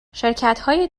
شرکتهای